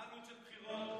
מה העלות של בחירות?